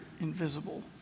invisible